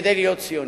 כדי להיות ציונים.